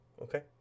Okay